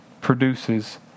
produces